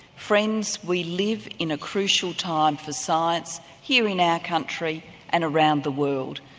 friends, we live in a crucial time for science, here in our country and around the world.